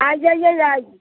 आ जइयै आइ